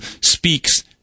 speaks